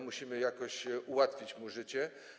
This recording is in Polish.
Musimy jakoś ułatwić mu życie.